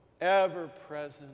ever-present